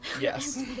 yes